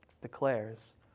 declares